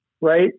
right